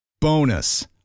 Bonus